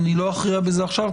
אני לא אכריע בזה עכשיו,